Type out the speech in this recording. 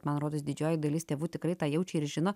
man rodos didžioji dalis tėvų tikrai tą jaučia ir žino